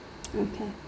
okay